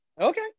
okay